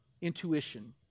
intuition